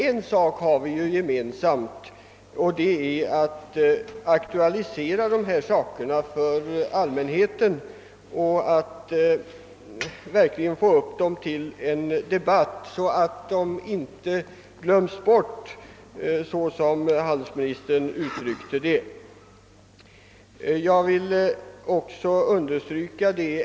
En sak har vi emellertid gemensamt: vi önskar aktualisera dessa saker för allmänheten för att därmed få fram dem och göra dem till ett debattämne. De får, som handelsministern uttrycker det, inte glömmas bort.